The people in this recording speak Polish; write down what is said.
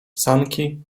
sanki